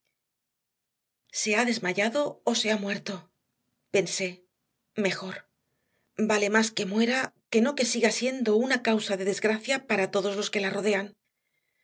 se ha desmayado o se ha muerto pensé mejor vale más que muera que no que siga siendo una causa de desgracia para todos los que la rodean